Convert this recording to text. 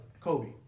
Kobe